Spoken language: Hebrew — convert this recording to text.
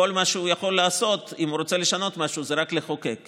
כל מה שהוא יכול לעשות אם הוא רוצה לשנות משהו זה רק לחוקק,